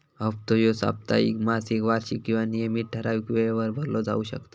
हप्तो ह्यो साप्ताहिक, मासिक, वार्षिक किंवा नियमित ठरावीक वेळेवर भरलो जाउ शकता